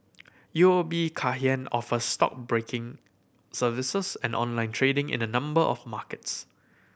U O B Kay Hian offers stockbroking services and online trading in a number of markets